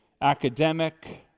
academic